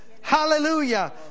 hallelujah